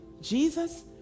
Jesus